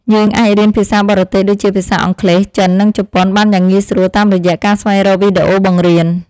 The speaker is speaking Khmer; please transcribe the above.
យើងអាចរៀនភាសាបរទេសដូចជាភាសាអង់គ្លេស ចិន និងជប៉ុន បានយ៉ាងងាយស្រួលតាមរយៈការស្វែងរកវីដេអូបង្រៀន។